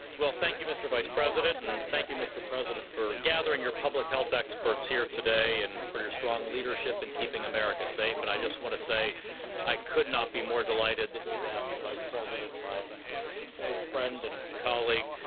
thank you, mr. vice president, and thank you, mr. president, for gathering your public health experts here today and for your strong leadership in keeping america safe, and i just want to say i could not be more delighted that you've asked the vice president, my old friend and colleague,